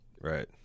right